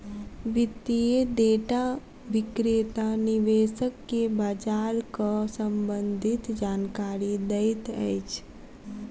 वित्तीय डेटा विक्रेता निवेशक के बजारक सम्भंधित जानकारी दैत अछि